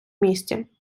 місті